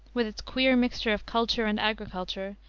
with its queer mixture of culture and agriculture,